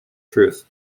truth